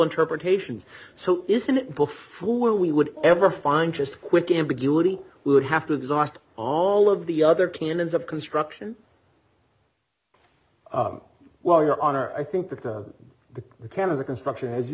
interpretations so isn't it before we would ever find just a quick ambiguity we would have to exhaust all of the other canons of construction well your honor i think that the the can of the construction as you